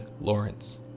Lawrence